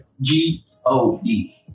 G-O-D